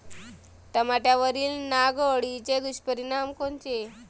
टमाट्यावरील नाग अळीचे दुष्परिणाम कोनचे?